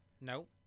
No